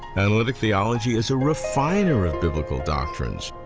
analytic theology is a refiner of biblical doctrines,